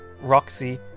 Roxy